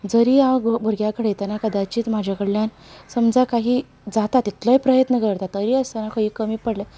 जरी हांव भुरग्यांक खेळयतना कदाचीत म्हाज्या कडल्यान समजा काही जाता तितले प्रयत्न करता तरी आसतना खंय कमी पडले